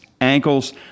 ankles